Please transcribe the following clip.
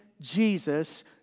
Jesus